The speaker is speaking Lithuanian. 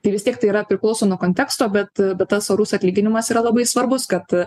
tai vis tiek tai yra priklauso nuo konteksto bet tas orus atlyginimas yra labai svarbus kad